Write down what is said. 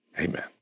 amen